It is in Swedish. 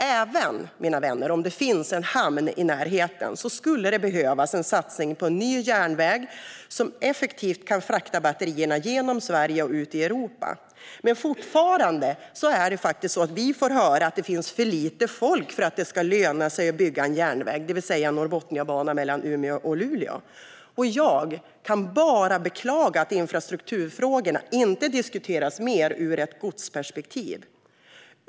Även om det finns en hamn i närheten skulle det behövas en satsning på ny järnväg som effektivt kan frakta batterierna genom Sverige och ut i Europa. Men fortfarande får vi höra att det finns för lite folk för att det ska löna sig att bygga en järnväg, det vill säga Norrbotniabanan mellan Umeå och Luleå. Jag kan bara beklaga att infrastrukturfrågorna inte diskuteras mer ur ett godsperspektiv.